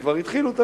וכבר התחילו,